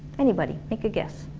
anybody, take a guess?